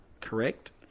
correct